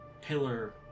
pillar